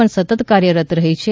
પણ સતત કાર્યરત રહી છે